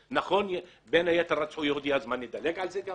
נכון, בין היתר רצחו יהודי, אז מה, נדלג על זה?